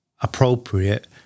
appropriate